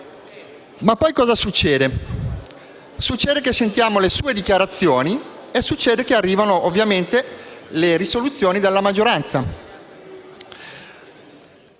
Ma poi cosa succede? Succede che sentiamo le sue dichiarazioni e arrivano le risoluzioni della maggioranza.